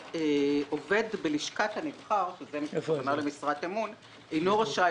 עובד בלשכת הנבחר הכוונה למשרת אמון - אינו רשאי